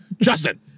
Justin